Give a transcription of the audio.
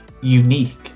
unique